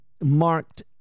marked